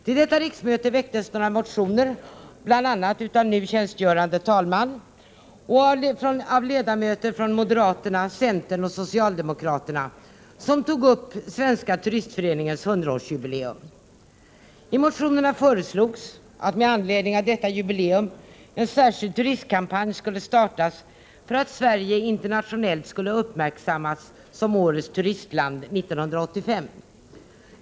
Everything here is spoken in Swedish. Till det riksmötet väcktes några motioner, bl.a. av nu tjänstgörande talman, ledamöter från moderaterna, centern och socialdemokraterna, som tog upp Svenska turistföreningens 100-årsjubileum. I motionerna föreslogs att med anledning av detta jubileum en särskild turistkampanj skulle startas för att Sverige internationellt skulle uppmärksammas som årets turistland 1985.